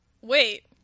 wait